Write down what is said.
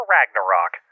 Ragnarok